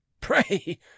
Pray